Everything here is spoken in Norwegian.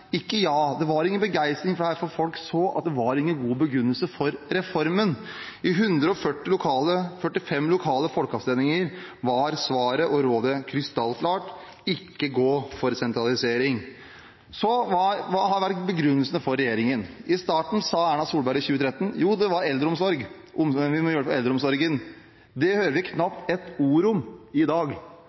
ikke ja. Det var ingen begeistring, for folk så at det var ingen god begrunnelse for reformen. I 145 lokale folkeavstemninger var svaret og rådet krystallklart: ikke gå for sentralisering. Hva har vært begrunnelsene for regjeringen? I starten sa Erna Solberg i 2013 at det var eldreomsorg, vi må gjøre det for eldreomsorgen. Det hører vi knapt ett ord om i dag,